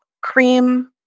cream